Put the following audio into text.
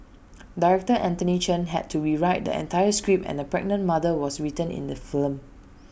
Director Anthony Chen had to rewrite the entire script and A pregnant mother was written into the film